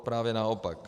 Právě naopak.